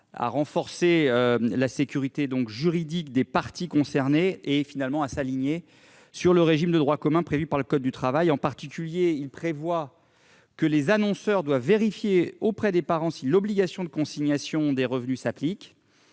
en renforçant la sécurité juridique des parties concernées. Il s'agit de s'aligner sur le régime de droit commun prévu par le code du travail. L'amendement prévoit ainsi que les annonceurs devront vérifier auprès des parents si l'obligation de consignation des revenus s'applique.